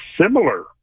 similar